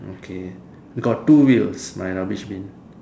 okay we got two wheels my rubbish bin